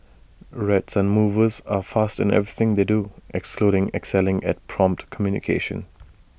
red sun movers are fast in everything they do including excelling at prompt communication